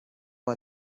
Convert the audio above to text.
war